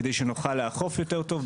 כדי שנוכל לאכוף יותר טוב.